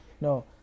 No